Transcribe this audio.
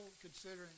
considering